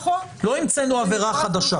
לא המצאנו עבירה חדשה.